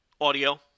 Audio